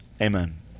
amen